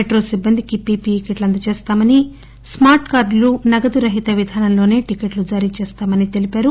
metro సిబ్బందికి PPE కిట్లు అందజేస్తామని స్మార్ట్ కార్డులు నగదు రహిత విధానంలోసే టికెట్లు జారీ చేస్తామని తెలిపారు